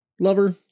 Lover